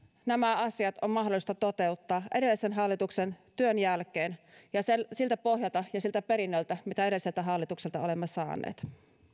nämä asiat on mahdollista toteuttaa edellisen hallituksen työn jälkeen ja siltä pohjalta ja siltä perinnöltä mitä edelliseltä hallitukselta olemme saaneet